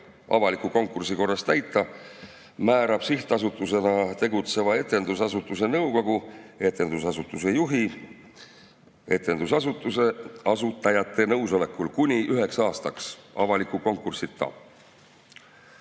avaliku konkursi korras täita, määrab sihtasutusena tegutseva etendusasutuse nõukogu etendusasutuse juhi etendusasutuse asutajate nõusolekul kuni üheks aastaks avaliku konkursita.